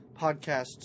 podcasts